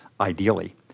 ideally